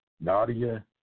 Nadia